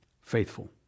faithful